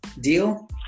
Deal